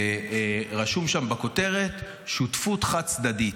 ורשום שם בכותרת "שותפות חד-צדדית",